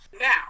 Now